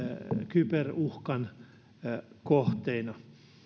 kyberuhkan kohteena